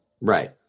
Right